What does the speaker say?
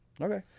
Okay